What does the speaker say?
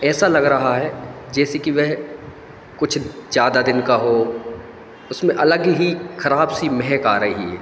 ऐसा लग रहा है जैसे कि वह कुछ ज़्यादा दिन का हो उसमें अलग ही खराब सी महक आ रही है